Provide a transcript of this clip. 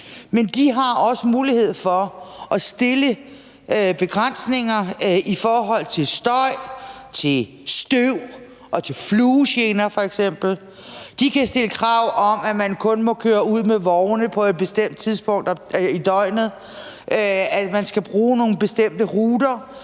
men de har også mulighed for at stille begrænsninger i forhold til støj, støv og til f.eks. fluegener. De kan stille krav om, at man kun må køre ud med vogne på et bestemt tidspunkt af døgnet, at man skal bruge nogle bestemte ruter,